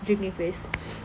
drinking phase